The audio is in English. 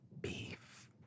Beef